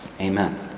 Amen